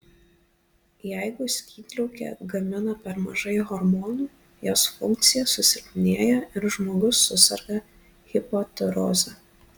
jeigu skydliaukė gamina per mažai hormonų jos funkcija susilpnėja ir žmogus suserga hipotiroze